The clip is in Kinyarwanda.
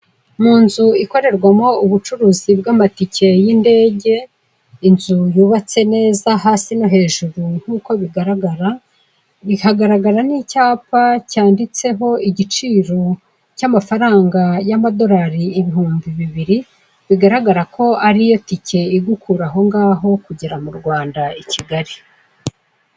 Mu nzu ikorerwamo ubucuruzi bw'amatike y'indege, inzu yubatse neza hasi no hejuru nk'uko bigaragara. Hagaragara n'icyapa cyanditseho igiciro cy'amafaranga y'amadorari ibihumbi bibiri bigagagara ko ariyo tike igukura aho ngaho kugera mu Rwanda i Kigali.